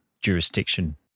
jurisdiction